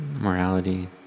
morality